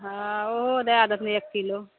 हँ ओहो दै देथिन एक किलो